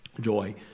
Joy